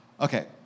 okay